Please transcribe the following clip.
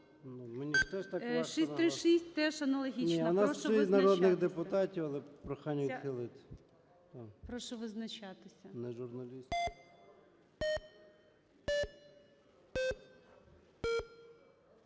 636 теж аналогічна. Прошу визначатися.